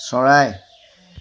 চৰাই